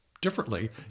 differently